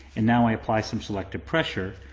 and now i apply some selective pressure.